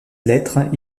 lettres